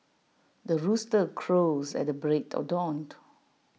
the rooster crows at the break of dawn